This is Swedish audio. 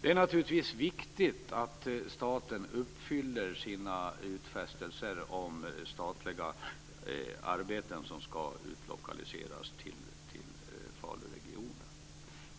Det är naturligtvis viktigt att staten uppfyller sina utfästelser om statliga arbeten, som ska utlokaliseras till Faluregionen.